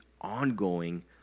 ongoing